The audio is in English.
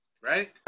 Right